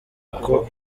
uko